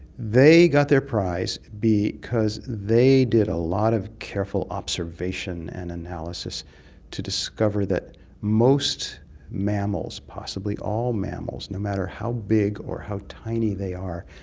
they got their prize because they did a lot of careful observation and analysis to discover that most mammals, possibly all mammals, no matter how big or how tiny they are,